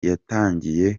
yatangiye